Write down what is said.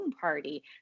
party